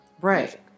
right